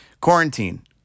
quarantine